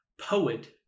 poet